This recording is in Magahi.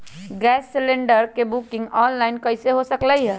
गैस सिलेंडर के बुकिंग ऑनलाइन कईसे हो सकलई ह?